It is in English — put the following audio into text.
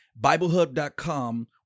Biblehub.com